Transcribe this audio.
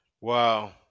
Wow